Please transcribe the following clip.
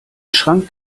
schrank